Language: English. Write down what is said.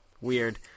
Weird